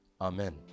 amen